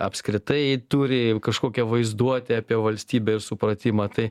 apskritai turi kažkokią vaizduotę apie valstybę ir supratimą tai